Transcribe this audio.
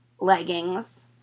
leggings